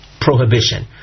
prohibition